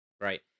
Right